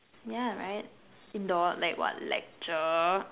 yeah right indoors like what lecture